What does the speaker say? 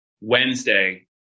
Wednesday